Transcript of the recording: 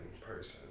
person